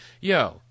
yo